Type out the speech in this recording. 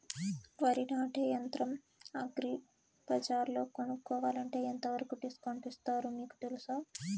వరి నాటే యంత్రం అగ్రి బజార్లో కొనుక్కోవాలంటే ఎంతవరకు డిస్కౌంట్ ఇస్తారు మీకు తెలుసా?